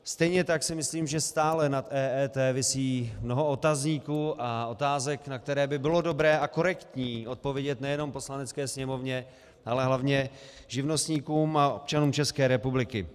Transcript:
Stejně tak si myslím, že nad EET stále visí mnoho otazníků a otázek, na které by bylo dobré a korektní odpovědět nejenom Poslanecké sněmovně, ale hlavně živnostníkům a občanům České republiky.